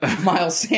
Miles